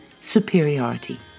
superiority